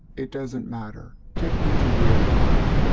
it doesn't matter. take me to the airport.